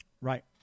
right